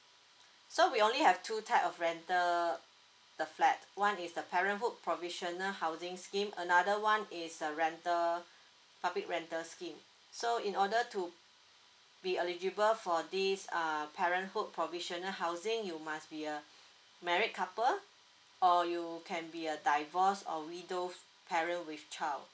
so we only have two type of rental the flat one is the parenthood provisional housing scheme another one is a rental public rental scheme so in order to be eligible for this err parenthood provisional housing you must be a married couple or you can be a divorced or widowed parent with child